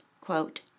quote